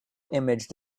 image